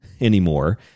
anymore